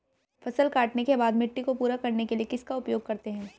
फसल काटने के बाद मिट्टी को पूरा करने के लिए किसका उपयोग करते हैं?